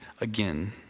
again